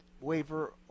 waiver